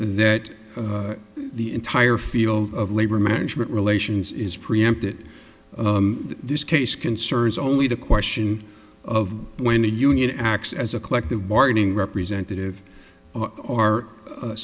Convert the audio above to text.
that the entire field of labor management relations is preempted this case concerns only the question of when the union acts as a collective bargaining representative our